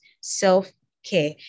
self-care